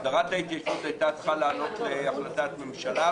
הסדרת ההתיישבות הייתה צריכה לעלות להחלטת ממשלה,